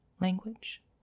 language